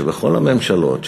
שבכל הממשלות,